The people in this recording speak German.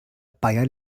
bayer